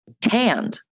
tanned